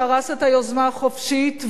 שהרס את היוזמה החופשית,